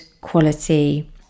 quality